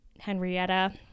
Henrietta